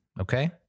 Okay